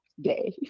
day